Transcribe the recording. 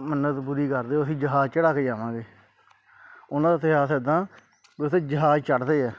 ਮੰਨਤ ਪੂਰੀ ਕਰ ਦਿਓ ਅਸੀਂ ਜਹਾਜ਼ ਚੜ੍ਹਾ ਕੇ ਜਾਵਾਂਗੇ ਉਹਨਾਂ ਦਾ ਇਤਿਹਾਸ ਇੱਦਾਂ ਵੀ ਉੱਥੇ ਜਹਾਜ਼ ਚੜ੍ਹਦੇ ਆ